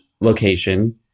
location